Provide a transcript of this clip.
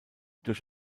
durch